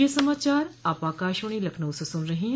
ब्रे क यह समाचार आप आकाशवाणी लखनऊ से सुन रहे हैं